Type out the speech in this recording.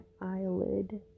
eyelid